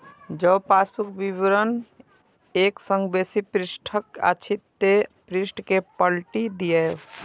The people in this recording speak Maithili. जौं पासबुक विवरण एक सं बेसी पृष्ठक अछि, ते पृष्ठ कें पलटि दियौ